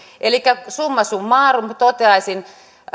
elikkä summa summarum toteaisin että